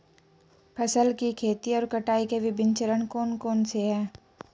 फसल की खेती और कटाई के विभिन्न चरण कौन कौनसे हैं?